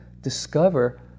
discover